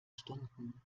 stunden